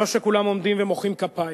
לא כשכולם עומדים ומוחאים כפיים.